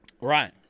right